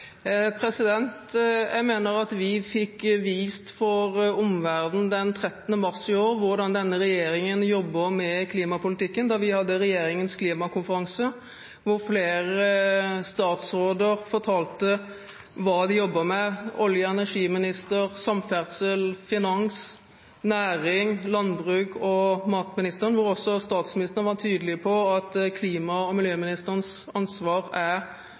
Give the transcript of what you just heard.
Jeg mener at vi fikk vist for omverdenen den 13. mars i år hvordan denne regjeringen jobber med klimapolitikken. Da hadde vi regjeringens klimakonferanse, hvor flere statsråder fortalte hva de jobber med – olje- og energi-, samferdsels-, finans-, nærings- og landbruks- og matministeren – hvor også statsministeren var tydelig på at klima- og miljøministerens ansvar er